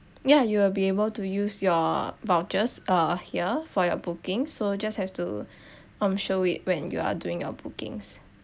ya you'll be able to use your vouchers uh here for your booking so just have to um show we when you are doing your bookings